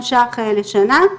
לשנה.